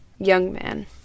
Youngman